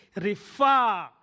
refer